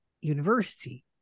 university